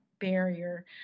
barrier